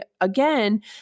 again